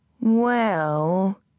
Well